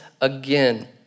again